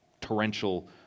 torrential